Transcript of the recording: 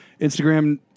Instagram